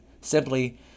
simply